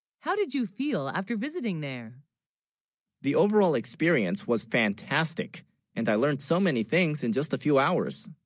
how, did you feel after visiting there the overall experience was fantastic and i learned so many things in just a few hours?